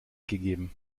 gegeben